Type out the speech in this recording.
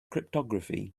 cryptography